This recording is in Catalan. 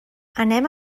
anem